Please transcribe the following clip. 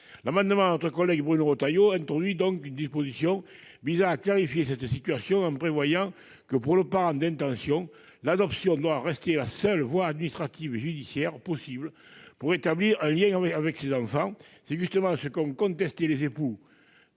L'amendement de notre collègue Bruno Retailleau introduit une disposition visant à clarifier cette situation, en prévoyant que, pour le parent d'intention, l'adoption doit rester la seule voie administrative et judiciaire possible pour établir un lien de filiation avec l'enfant. C'est justement ce qu'ont contesté les époux